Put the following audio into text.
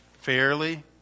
fairly